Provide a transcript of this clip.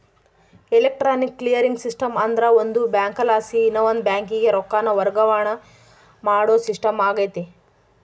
electronic clearing system ಅಂದ್ರ ಒಂದು ಬ್ಯಾಂಕಲಾಸಿ ಇನವಂದ್ ಬ್ಯಾಂಕಿಗೆ ರೊಕ್ಕಾನ ವರ್ಗಾವಣೆ ಮಾಡೋ ಸಿಸ್ಟಮ್ ಆಗೆತೆ